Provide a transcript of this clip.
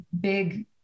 big